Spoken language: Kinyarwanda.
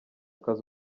kazi